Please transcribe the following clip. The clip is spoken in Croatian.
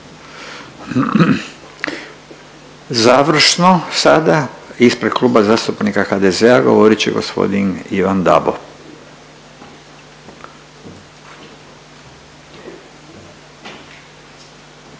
Završno sada ispred Kluba zastupnika HDZ-a govorit će gospodin Ivan Dabo.